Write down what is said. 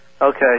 Okay